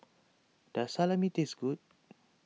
does Salami taste good